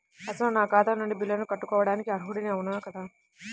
అసలు నా ఖాతా నుండి బిల్లులను కట్టుకోవటానికి అర్హుడని అవునా కాదా?